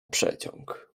przeciąg